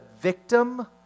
victim